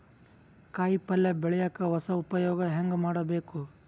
ಕಾಯಿ ಪಲ್ಯ ಬೆಳಿಯಕ ಹೊಸ ಉಪಯೊಗ ಹೆಂಗ ಮಾಡಬೇಕು?